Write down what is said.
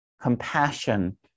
Compassion